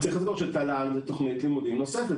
צריך לזכור שתל"ן זו תוכנית לימודים נוספת,